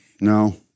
No